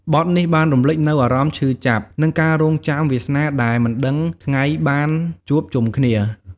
បទនេះបានរំលេចនូវអារម្មណ៍ឈឺចាប់ និងការរង់ចាំវាសនាដែលមិនដឹងថ្ងៃបានជួបជុំគ្នា។